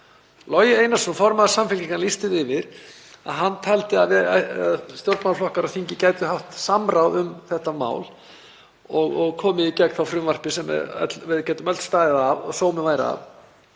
Logi Einarsson, formaður Samfylkingarinnar, lýsti því yfir að hann teldi að stjórnmálaflokkar á þingi gætu haft samráð um þetta mál og komið í gegn frumvarpi sem við gætum öll staðið að og sómi væri að